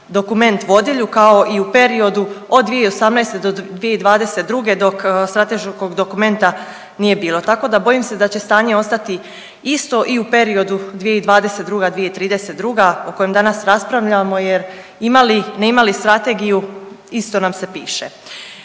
dokument vodilju kao i u periodu od 2018. do 2022. dok strateškog dokumenta nije bilo. Tako da bojim se da će stanje ostati isto i u periodu 2022., 2032. o kojem danas raspravljamo jer imali, ne imali strategiju isto nam se piše.